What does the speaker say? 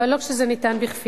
אבל לא כשזה בכפייה,